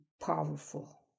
powerful